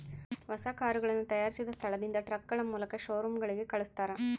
ಹೊಸ ಕರುಗಳನ್ನ ತಯಾರಿಸಿದ ಸ್ಥಳದಿಂದ ಟ್ರಕ್ಗಳ ಮೂಲಕ ಶೋರೂಮ್ ಗಳಿಗೆ ಕಲ್ಸ್ತರ